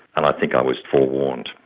and i think i was forewarned,